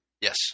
Yes